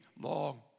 long